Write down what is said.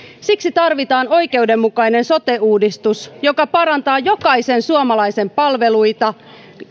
siksi tarvitaan oikeudenmukainen sote uudistus joka parantaa jokaisen suomalaisen palveluita